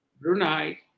Brunei